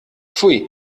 pfui